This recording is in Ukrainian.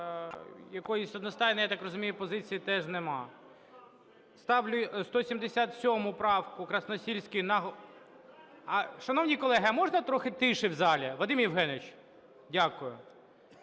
я так розумію, позиції теж нема. Ставлю 177 правку Красносільської на... Шановні колеги, а можна трохи тиші в залі? Вадим Євгенович! Дякую.